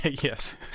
Yes